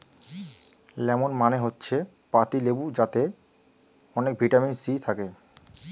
lemon মানে হচ্ছে পাতিলেবু যাতে অনেক ভিটামিন সি থাকে